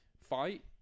fight